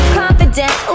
confident